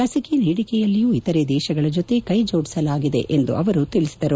ಲಿಸಿಕೆ ನೀಡಿಕೆಯಲ್ಲಿಯೂ ಇತರೆ ದೇಶಗಳ ಜೊತೆ ಕೈಜೋಡಿಸಲಾಗಿದೆ ಎಂದು ಅವರು ತಿಳಿಸಿದರು